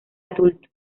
adulto